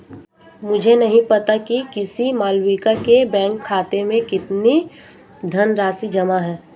मुझे नही पता कि किसी मालविका के बैंक खाते में कितनी धनराशि जमा है